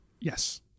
Yes